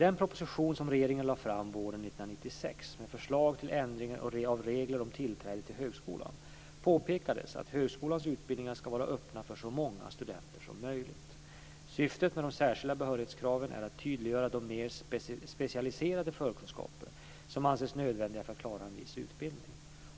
1996 med förslag till ändringen av reglerna om tillträde till högskolan påpekades att högskolans utbildningar ska vara öppna för så många studenter som möjligt. Syftet med de särskilda behörighetskraven är att tydliggöra de mer specialiserade förkunskaper som anses nödvändiga för att klara av en viss utbildning.